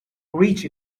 reach